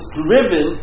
driven